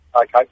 Okay